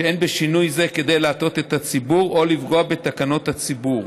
שאין בשינוי זה כדי להטעות את הציבור או לפגוע בתקנות הציבור,